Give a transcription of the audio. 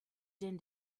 din